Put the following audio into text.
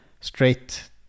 straight